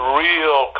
real